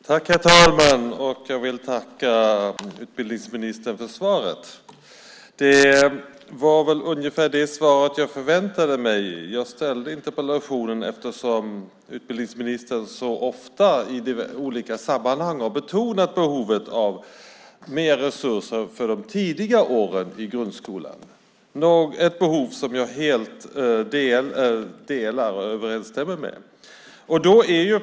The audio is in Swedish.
Herr talman! Jag vill tacka utbildningsministern för svaret. Det var väl ungefär det svar jag förväntade mig. Jag ställde interpellationen eftersom utbildningsministern så ofta i olika sammanhang har betonat behovet av mer resurser för de tidiga åren i grundskolan, ett behov som jag helt delar utbildningsministerns uppfattning om.